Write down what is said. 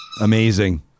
Amazing